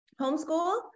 homeschool